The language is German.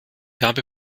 habe